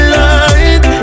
light